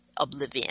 oblivion